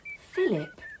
Philip